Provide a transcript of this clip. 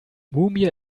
mumie